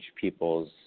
people's